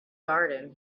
garden